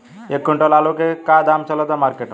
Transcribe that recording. एक क्विंटल आलू के का दाम चलत बा मार्केट मे?